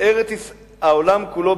העולם כולו,